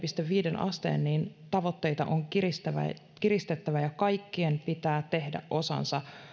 viiteen asteeseen tavoitteita on kiristettävä ja kaikkien pitää tehdä osansa